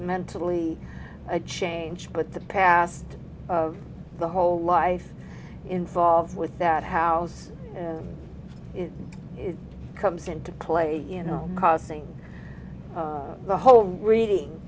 mentally a change but the past of the whole life involved with that how is it comes into play you know causing the whole reading